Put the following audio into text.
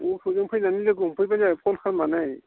अट'जों फैनानै लोगो हमफैब्लानो जाबाय फन खालामनानै